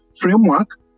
framework